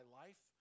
life